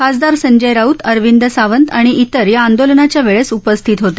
खासदार संजय राऊत अरविंद सावंत आणि इतर या आंदोलनाच्या वेळेस उपस्थित होते